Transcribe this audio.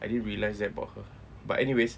I didn't realize that about her but anyways